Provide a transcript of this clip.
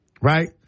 right